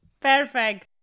Perfect